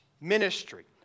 ministry